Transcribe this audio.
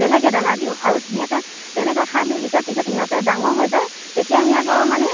বেলেগে দানা দিওঁ আৰু সিহঁতে তেনেকৈ খাই পিনি যেতিয়া পিছত সিহঁতে ডাঙৰ হৈ যায় তেতিয়া সিহঁতৰ মানে